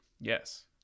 Yes